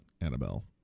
Annabelle